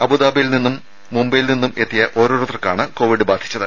അബുദാബിയിൽ നിന്നും മുംബൈയിൽ നിന്നും എത്തിയ ഓരോർത്തർക്കാണ് കോവിഡ് ബാധിച്ചത്